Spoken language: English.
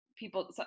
People